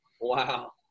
Wow